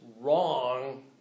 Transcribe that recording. wrong